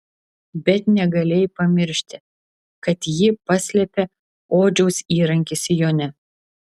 bet negalėjai pamiršti kad ji paslėpė odžiaus įrankį sijone